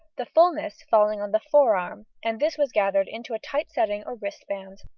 the fullness falling on the forearm, and this was gathered into a tight setting or wristband.